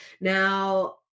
Now